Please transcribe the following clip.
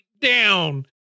down